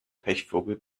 pechvogel